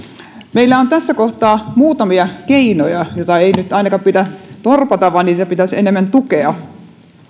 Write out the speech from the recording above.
meillä on tässä kohtaa muutamia keinoja joita ei nyt ainakaan pidä torpata vaan joita pitäisi enemmän tukea ja